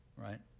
right?